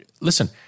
listen